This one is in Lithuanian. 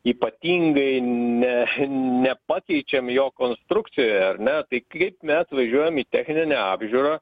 ypatingai ne nepakeičiam jo konstrukcijoje ar ne tai kaip mes važiuojam į techninę apžiūrą